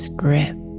grip